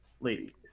lady